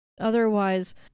otherwise